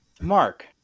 Mark